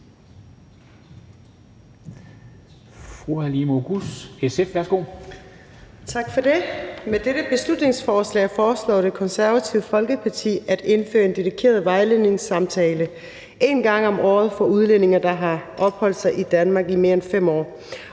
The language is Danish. Tak for det. Med dette beslutningsforslag foreslår Det Konservative Folkeparti at indføre en dedikeret vejledningssamtale en gang om året for udlændinge, der har opholdt sig i Danmark i mere end 5 år,